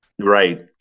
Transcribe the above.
right